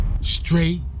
straight